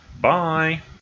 Bye